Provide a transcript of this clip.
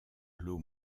l’eau